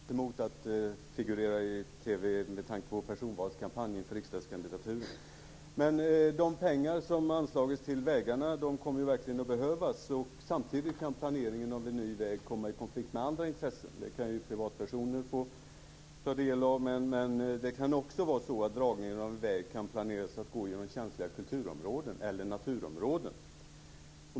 Herr talman! Jag har en fråga till näringsministern. Jag tror inte att han har något emot att figurera i TV med tanke på personvalskampanjen när det gäller riksdagskandidaturen. De pengar som har anslagits till vägarna kommer verkligen att behövas. Samtidigt kan planeringen av en ny väg komma i konflikt med andra intressen. Det kan gälla privatpersoner eller att en väg planeras att gå igenom känsliga kulturområden eller naturområden.